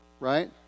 Right